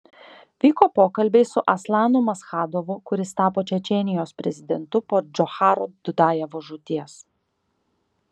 vyko pokalbiai su aslanu maschadovu kuris tapo čečėnijos prezidentu po džocharo dudajevo žūties